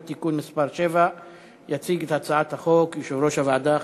(תיקון מס' 7). יציג את הצעת החוק יושב-ראש הוועדה,